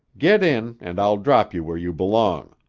get in and i'll drop you where you belong.